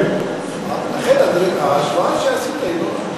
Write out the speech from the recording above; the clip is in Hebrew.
לכן ההשוואה שעשית היא לא נכונה.